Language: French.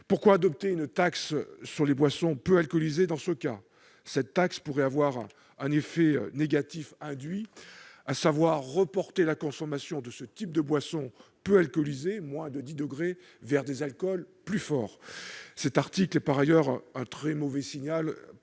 alors, adopter une taxe sur les boissons peu alcoolisées ? Cette taxe pourrait avoir un effet négatif induit, celui de reporter la consommation de ce type de boissons peu alcoolisées, qui titrent à moins de 10 degrés, vers des alcools plus forts. Cet article est par ailleurs un très mauvais signal